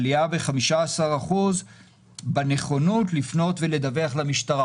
עלייה ב-15% בנכונות לפנות ולדווח למשטרה.